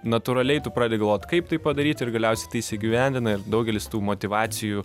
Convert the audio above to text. natūraliai tu pradedi galvot kaip tai padaryt ir galiausiai tai įsigyvendina ir daugelis tų motyvacijų